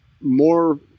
more